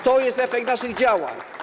To jest efekt naszych działań.